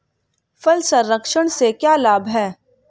फल संरक्षण से क्या लाभ है?